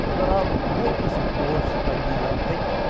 there are more whistleblowers than you would think.